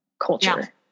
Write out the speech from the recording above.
culture